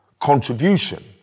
contribution